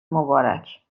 مبارک